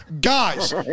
Guys